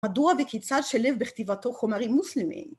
מדוע וכיצד שילב בכתיבתו חומרים מוסלמים?